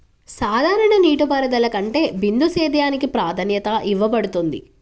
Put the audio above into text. సాధారణ నీటిపారుదల కంటే బిందు సేద్యానికి ప్రాధాన్యత ఇవ్వబడుతుంది